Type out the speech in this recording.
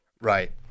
Right